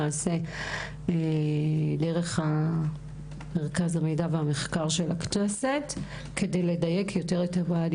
אולי נעשה דרך מרכז המחקר ומהמידע של הכנסת כדי לדייק יותר את המענים.